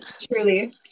truly